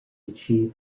achieve